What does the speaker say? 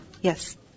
Yes